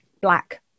black